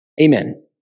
Amen